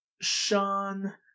Sean